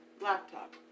laptop